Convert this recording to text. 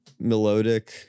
Melodic